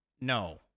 no